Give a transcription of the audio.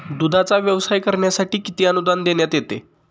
दूधाचा व्यवसाय करण्यासाठी किती अनुदान देण्यात येते?